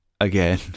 again